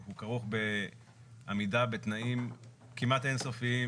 הוא כרוך בעמידה בתנאים כמעט אין-סופיים,